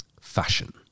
Fashion